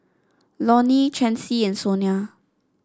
Lonny Chancey and Sonia